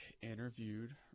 interviewed